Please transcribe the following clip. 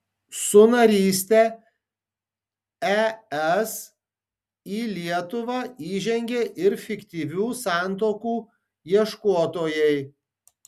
su naryste es į lietuvą įžengė ir fiktyvių santuokų ieškotojai